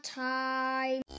time